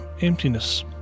emptiness